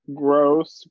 gross